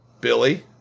Billy